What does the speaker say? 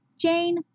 Jane